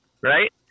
right